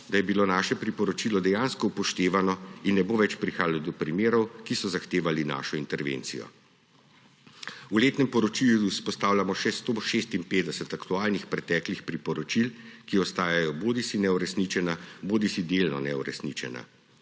da je bilo naše priporočilo dejansko upoštevano in ne bo več prihajalo do primerov, ki so zahtevali našo intervencijo. V letnem poročilu izpostavljamo še 156 aktualnih preteklih priporočil, ki ostajajo bodisi neuresničena bodisi delno neuresničena.